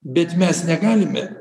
bet mes negalime